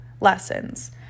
lessons